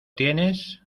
tienes